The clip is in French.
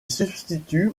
substitue